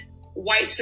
white